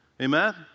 Amen